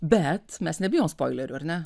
bet mes nebijom spoilerių ar ne